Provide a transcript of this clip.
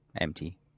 empty